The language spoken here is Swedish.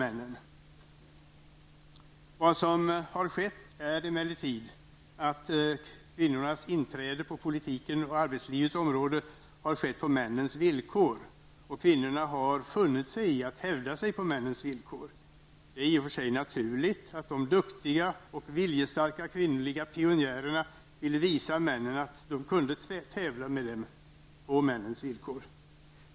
Det som har skett är emellertid att kvinnors inträde på politikens och arbetslivets område har skett på männens villkor. Kvinnorna har funnit sig i att hävda sig på männens villkor. Det är i och för sig naturligt att de duktiga och viljestarka kvinnliga pionjärerna ville visa männen att de kunde tävla med dem på mäns villkor.